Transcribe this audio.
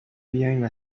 بیاین